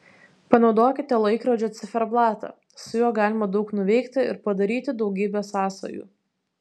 panaudokite laikrodžio ciferblatą su juo galima daug nuveikti ir padaryti daugybę sąsajų